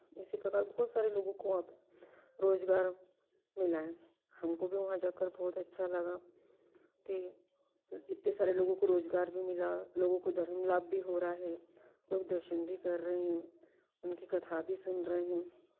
इसी प्रकार बहुत सारे लोगों को आप रोजगार मिला है हमको भी वहाँ जाकर बहुत अच्छा लगा कि इतने सारे लोगों को रोजगार भी मिला लोगों को धर्म लाभ भी हो रहा है लोग दर्शन भी कर रहे हैं उनकी कथा भी सुन रहे हैं